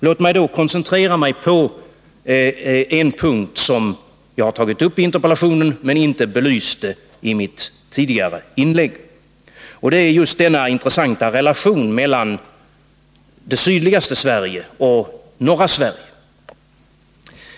Låt mig då koncentrera mig på en punkt som jag har tagit upp i interpellationen men som jag inte belyst i mitt tidigare inlägg, nämligen den intressanta relationen mellan det sydligaste Sverige och norra Sverige.